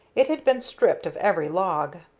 it had been stripped of every log.